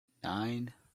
nine